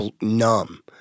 numb